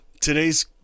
today's